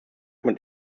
mit